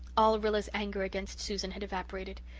all rilla's anger against susan had evaporated.